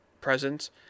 presence